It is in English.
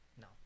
No